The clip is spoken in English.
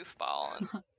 goofball